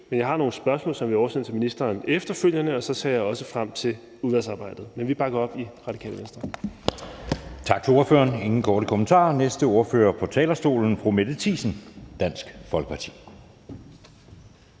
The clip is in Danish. men jeg har nogle spørgsmål, som jeg vil oversende til ministeren efterfølgende, og så ser jeg også frem til udvalgsarbejdet. Men vi bakker op i Radikale Venstre.